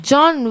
John